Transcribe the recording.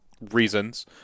reasons